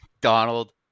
Donald